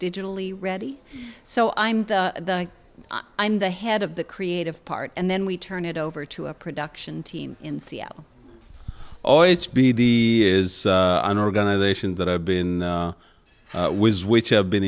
digitally ready so i'm the i'm the head of the creative part and then we turn it over to a production team in seattle oh it's b d is an organization that i've been with which i've been